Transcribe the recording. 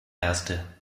erste